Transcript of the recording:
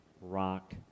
rock